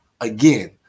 again